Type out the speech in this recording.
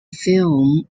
film